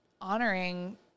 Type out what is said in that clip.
honoring